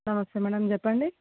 నమస్తే మ్యాడమ్ చెప్పండి